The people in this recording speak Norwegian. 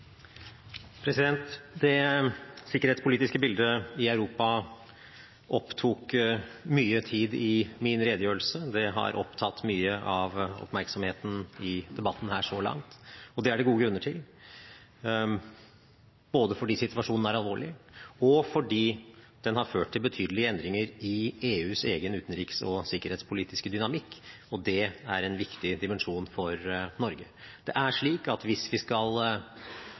Det sikkerhetspolitiske bildet i Europa opptok mye tid i min redegjørelse. Det har opptatt mye av oppmerksomheten i debatten her så langt, og det er det gode grunner til – både fordi situasjonen er alvorlig, og fordi den har ført til betydelige endringer i EUs egen utenriks- og sikkerhetspolitiske dynamikk. Det er en viktig dimensjon for Norge. Det er slik at hvis vi både skal